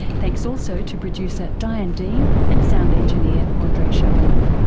thanks also to producer diane dean and sound engineer ah andrei shabunov.